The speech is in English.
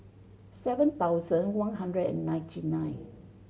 seven thousand one hundred and ninety nine